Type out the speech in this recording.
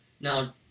Now